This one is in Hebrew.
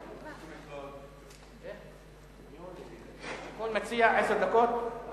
כל מציע, עשר דקות.